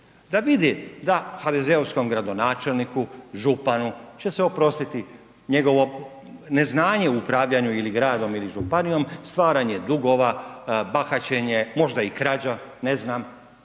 Da vide da HDZ-ovskom gradonačelniku, županu će se oprostiti njegovo neznanje u upravljanju ili gradom ili županijom, stvaranje dugova bahaćenje, možda i krađa, ne znam,